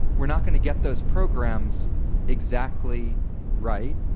we're not going to get those programs exactly right.